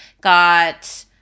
got